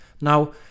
Now